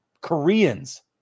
koreans